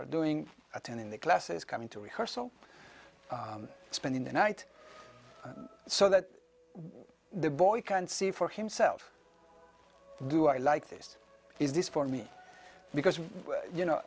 are doing attending the classes coming to rehearsal spending the night so that the boy can see for himself do i like this is this for me because you know